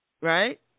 right